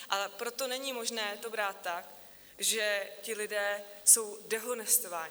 A proto není možné to brát tak, že ti lidé jsou dehonestováni.